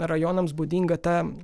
rajonams būdinga ta